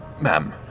ma'am